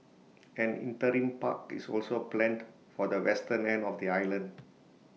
an interim park is also planned for the western end of the island